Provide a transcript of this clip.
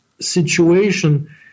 situation